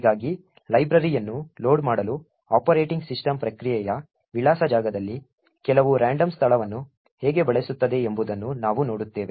ಹೀಗಾಗಿ ಲೈಬ್ರರಿಯನ್ನು ಲೋಡ್ ಮಾಡಲು ಆಪರೇಟಿಂಗ್ ಸಿಸ್ಟಮ್ ಪ್ರಕ್ರಿಯೆಯ ವಿಳಾಸ ಜಾಗದಲ್ಲಿ ಕೆಲವು ರಾಂಡಮ್ ಸ್ಥಳವನ್ನು ಹೇಗೆ ಬಳಸುತ್ತದೆ ಎಂಬುದನ್ನು ನಾವು ನೋಡುತ್ತೇವೆ